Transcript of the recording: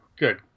good